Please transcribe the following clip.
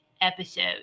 episode